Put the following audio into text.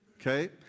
Okay